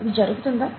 ఇది జరుగుతుందా